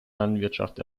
landwirtschaft